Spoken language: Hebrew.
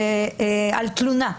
על תלונה.